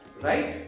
right